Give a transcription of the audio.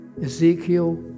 Ezekiel